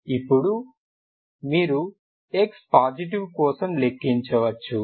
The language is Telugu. ఇప్పుడు మీరు x పాజిటివ్ కోసం లెక్కించవచ్చు